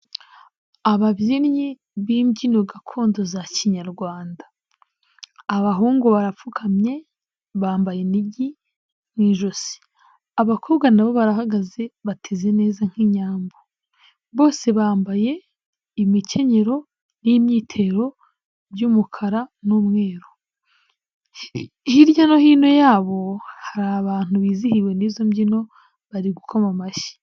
Ababyinnyi b'imbyino gakondo za kinyarwanda, abahungu barapfukamye bambaye inigi mu ijosi, abakobwa nabo barahagaze bateze neza nk'inyambo, bose bambaye imikenyero n'imyitero by'umukara n'umweru, hirya no hino yabo hari abantu bizihiwe n'izo mbyino bari gukoma amashyi.